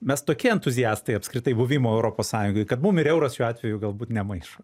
mes tokie entuziastai apskritai buvimo europos sąjungoj kad mum ir euras šiuo atveju galbūt nemaišo